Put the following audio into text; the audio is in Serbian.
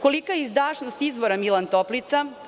Kolika je izdašnost izvora „Milan Toplica“